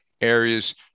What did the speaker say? areas